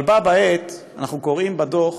אבל בה בעת אנחנו קוראים בדוח